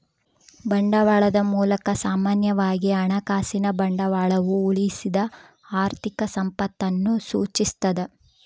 ಬಂಡವಾಳದ ಮೂಲ ಸಾಮಾನ್ಯವಾಗಿ ಹಣಕಾಸಿನ ಬಂಡವಾಳವು ಉಳಿಸಿದ ಆರ್ಥಿಕ ಸಂಪತ್ತನ್ನು ಸೂಚಿಸ್ತದ